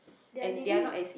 they are living